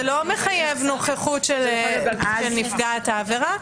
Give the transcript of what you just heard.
זה לא מחייב נוכחות של נפגעת העבירה.